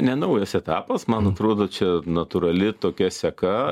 ne naujas etapas man atrodo čia natūrali tokia seka